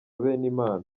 benimana